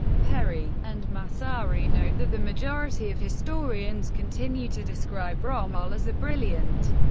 perry and massari note that the majority of historians continue to describe rommel as a brilliant,